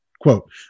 Quote